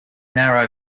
narrow